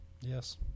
Yes